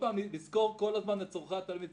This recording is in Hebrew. לזכור כל הזמן את צרכי התלמיד.